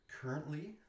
Currently